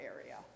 area